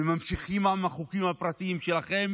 וממשיכים עם החוקים הפרטיים שלכם